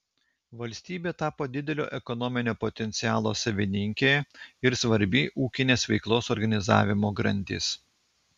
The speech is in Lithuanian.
valstybė tapo didelio ekonominio potencialo savininkė ir svarbi ūkinės veiklos organizavimo grandis